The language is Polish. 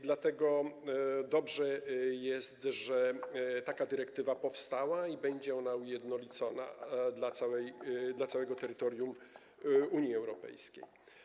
Dlatego dobrze jest, że taka dyrektywa powstała i będzie ona ujednolicona dla całego terytorium Unii Europejskiej.